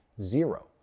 Zero